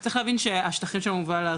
צריך להבין שהשטחים של המוביל הארצי,